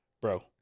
bro